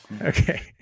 okay